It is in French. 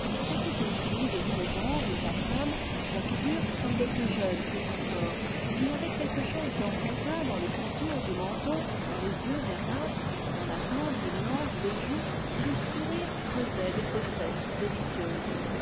c'était une fille de seize ans déjà femme sa figure semblait plus jeune que son corps il y avait quelque chose d'enfantin dans le contour du menton dans les yeux verdâtres dans la tendre nuance des joues où le sourire creusait des fossettes délicieuses